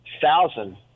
thousand